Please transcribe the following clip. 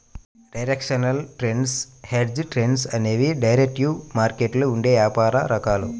directional trades, hedged trades అనేవి derivative మార్కెట్లో ఉండే వ్యాపార రకాలు